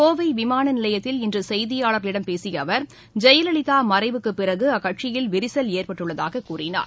கோவைவிமானநிலையத்தில் இன்றசெய்தியாளர்களிடம் பேசியஅவர் ஜெயலலிதாமறைவுக்குபிறகுஅக்கட்சியில் விரிசல் ஏற்பட்டுள்ளதாககூறினார்